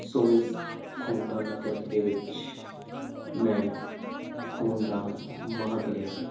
ਸੋ ਇਸ ਖੂਨਦਾਨ ਕੈਂਪ ਦੇ ਵਿੱਚ ਮੈਂ ਖੂਨਦਾਨ ਮਹਾਂ ਕਲਿਆਣ